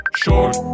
short